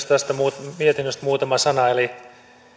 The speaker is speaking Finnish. tästä mietinnöstä muutama sana eli